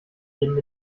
eben